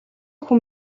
хүн